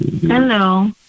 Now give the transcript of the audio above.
Hello